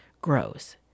grows